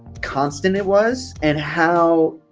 constant it was and how